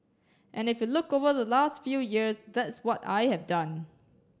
and if you look over the last few years that's what I have done